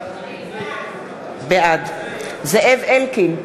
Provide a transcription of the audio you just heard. בעד זאב אלקין,